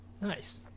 Nice